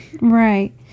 Right